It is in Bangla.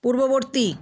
পূর্ববর্তী